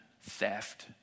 theft